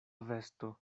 vesto